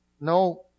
No